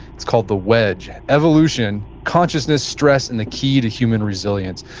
it's called the wedge evolution, consciousness, stress and the key to human resilience.